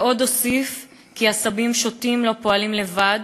ועוד הוסיף כי עשבים שוטים לא פועלים לבד,